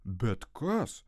bet kas